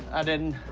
i didn't.